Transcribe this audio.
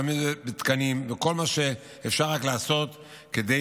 אם זה בתקנים וכל מה שאפשר לעשות כדי